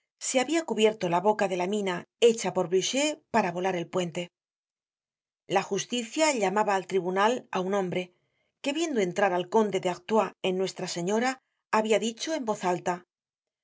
se habia cubierto la boca de la mina hecha por blucher para volar el puente la justicia llamaba al tribunal á un hombre que viendo entrar al conde de artois en nuestra señora habia dicho en voz alta